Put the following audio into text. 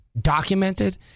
Documented